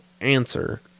answer